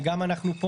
וגם פה,